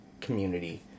community